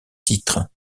titres